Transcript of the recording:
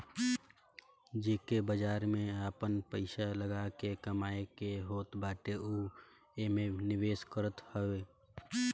जेके बाजार में आपन पईसा लगा के कमाए के होत बाटे उ एमे निवेश करत हवे